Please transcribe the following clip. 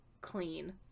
clean